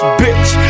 bitch